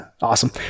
awesome